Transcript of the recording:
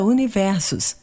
Universos